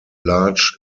large